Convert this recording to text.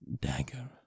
dagger